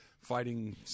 fighting